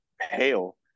pale